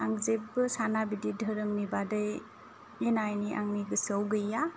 आं जेबो साना बिदि धोरोमनि बादै एना एनि आंनि गोसोआव गैया